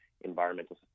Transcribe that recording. environmental